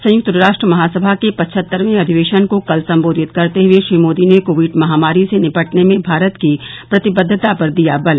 संयुक्त राष्ट्र महासभा के पचहत्तरवें अधिवेशन को कल संबोधित करते हुए श्री मोदी ने कोविड महामारी से निपटने में भारत की प्रतिबद्धता पर दिया बल